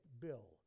bill